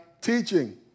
teaching